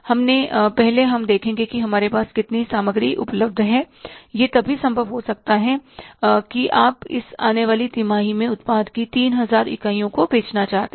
इसलिए पहले हम देखेंगे कि हमारे पास सामग्री कितनी उपलब्ध है यह संभव हो सकता है कि आप इस आने वाली तिमाही में उत्पाद की तीन हजार इकाइयों को बेचना चाहते हैं